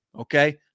Okay